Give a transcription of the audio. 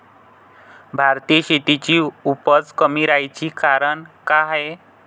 भारतीय शेतीची उपज कमी राहाची कारन का हाय?